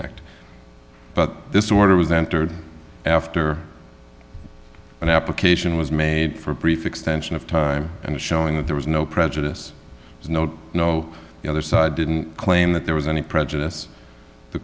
act but this order was entered after an application was made for a brief extension of time and showing that there was no prejudice no no the other side didn't claim that there was any prejudice the